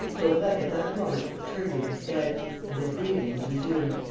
daubrecq, at that moment, turned in his bed and his breathing was resumed,